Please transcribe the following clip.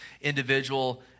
individual